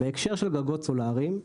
בהקשר של גגות סולאריים,